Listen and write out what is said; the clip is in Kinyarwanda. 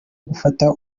gufata